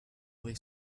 way